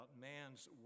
man's